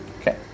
Okay